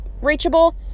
reachable